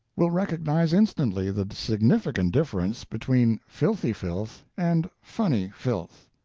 will recognize instantly the significant difference between filthy filth and funny filth.